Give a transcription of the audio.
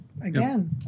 again